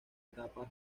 etapas